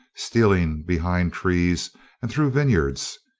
stealing behind trees and through vineyards,